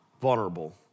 vulnerable